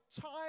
time